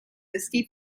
escape